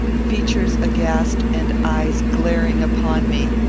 features aghast, and eyes glaring upon me.